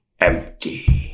empty